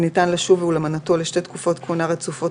וניתן לשוב ולמנותו לשתי תקופות כהונה רצופות